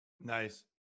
nice